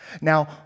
Now